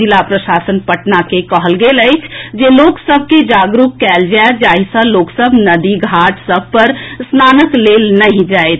जिला प्रशासन पटना के कहल गेल अछि जे लोक सभ के जागरूक कएल जाए जाहि सँ लोक सभ नदी घाट सभ पर स्नानक लेल नहि जाथि